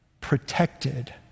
protected